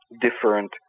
different